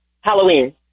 Halloween